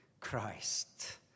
Christ